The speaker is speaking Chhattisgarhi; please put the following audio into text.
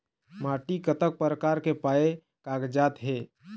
माटी कतक प्रकार के पाये कागजात हे?